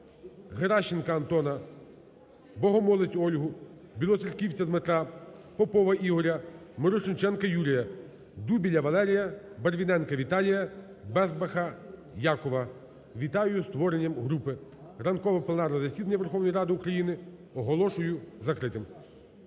Геращенко Антона, Богомолець Ольгу, Білоцерковця Дмитра, Попова Ігоря, Мірошниченка Юрія, Дубіля Валерія, Барвіненка Віталія, Безбаха Якова. Вітаю зі створенням групи. Ранкове пленарне засідання Верховної Ради України оголошую закритим.